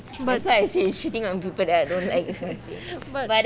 but but